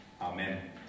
amen